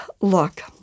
Look